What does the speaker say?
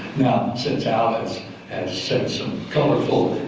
since al has said some colorful